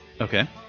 Okay